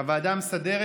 הוועדה המסדרת